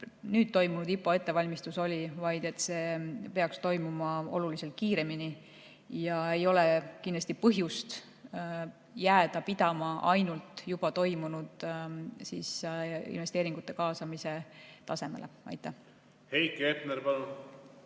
nüüd toimunud IPO ettevalmistus oli, vaid see peaks toimuma oluliselt kiiremini. Kindlasti ei ole põhjust jääda pidama ainult juba toimunud investeeringute kaasamise tasemele. Aitäh! No ma pean